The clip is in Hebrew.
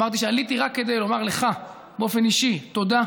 אמרתי שעליתי רק כדי לומר לך באופן אישי תודה.